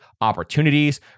opportunities